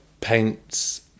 paints